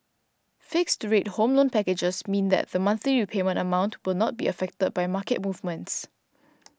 fixed rate Home Loan packages means that the monthly repayment amount will not be affected by market movements